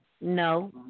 No